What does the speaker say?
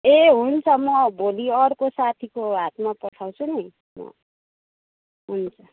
ए हुन्छ म भोलि अर्को साथीको हातमा पठाउँछु नि म हुन्छ